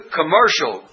commercial